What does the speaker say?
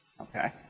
okay